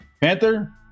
Panther